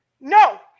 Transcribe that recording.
No